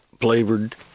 flavored